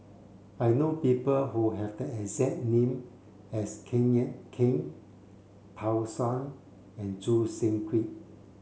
I know people who have the exact name as Kenneth Keng Pan Shou and Choo Seng Quee